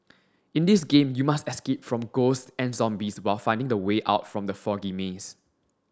in this game you must escape from ghosts and zombies while finding the way out from the foggy maze